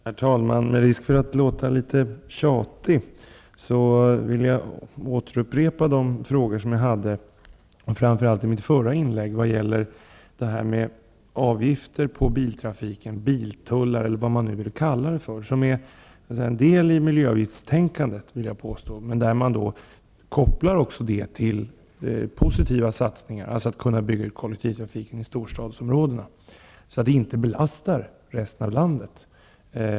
Herr talman! Med risk för att låta litet tjatig vill jag återupprepa framför allt de frågor som jag ställde i mitt förra inlägg vad gäller avgifter på biltrafiken, biltullar eller vad man vill kalla det, avgifter som är en del av miljöavgiftstänkandet men som också kopplas till positiva satsningar på utbyggnad av kollektivtrafiken i storstadsområdena, så att storstädernas kostnader inte belastar resten av landet.